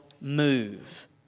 move